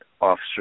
officer